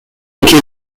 يمكنك